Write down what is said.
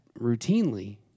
routinely